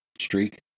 Streak